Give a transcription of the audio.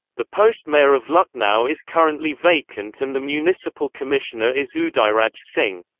the post mayor of lucknow is currently vacant and the municipal commissioner is udairaj singh.